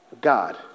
God